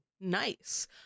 nice